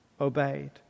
obeyed